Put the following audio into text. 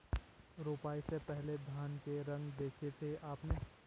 रोपाई से पहले धान के रंग देखे थे आपने?